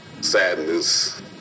sadness